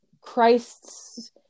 Christ's